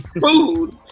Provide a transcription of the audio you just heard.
food